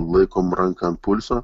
laikom ranką ant pulso